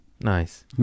Nice